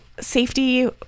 safety